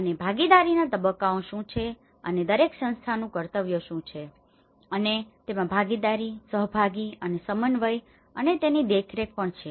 અને ભાગીદારીના તબક્કાઓ શુ છે અને દરેક સંસ્થાઓનુ કર્તવ્ય શું છે અને તેમાં ભાગીદારી સહભાગી અને સમન્વય અને તેની દેખરેખ પણ છે